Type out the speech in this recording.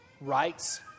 rights